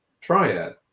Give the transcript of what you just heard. triad